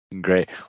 Great